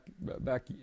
back